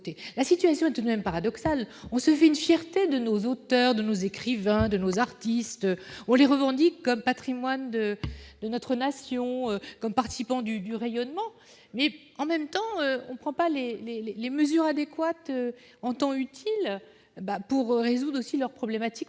La situation est tout de même paradoxale : on se fait une fierté de nos auteurs, de nos écrivains, de nos artistes, on les revendique comme patrimoine de notre nation, dont ils participent au rayonnement, mais on ne prend pas les mesures adéquates en temps utile pour résoudre leurs problèmes